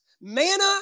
Manna